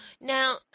Now